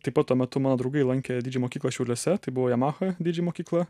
taip pat tuo metu mano draugai lankė mokyklą šiauliuose tai buvo yamaha didžėj mokykla